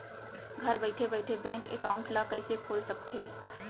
घर बइठे बइठे बैंक एकाउंट ल कइसे खोल सकथे?